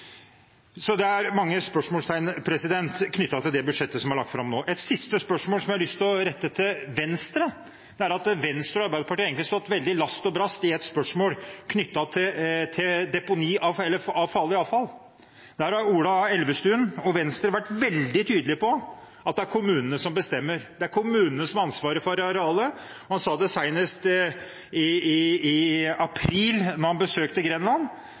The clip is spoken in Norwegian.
budsjettet som er lagt fram nå. En siste kommentar som jeg har lyst til å rette til Venstre, er at Venstre og Arbeiderpartiet egentlig har stått veldig last og brast i et spørsmål knyttet til deponi av farlig avfall. Der har Ola Elvestuen og Venstre vært veldig tydelige på at det er kommunene som bestemmer, det er kommunene som har ansvar for arealet. Han sa det senest i april, da han besøkte Grenland